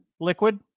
liquid